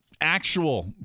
actual